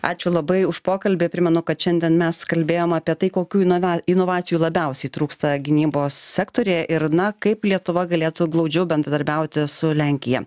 ačiū labai už pokalbį primenu kad šiandien mes kalbėjom apie tai kokių inova inovacijų labiausiai trūksta gynybos sektoriuje ir na kaip lietuva galėtų glaudžiau bendradarbiauti su lenkija